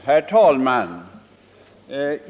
Herr talman!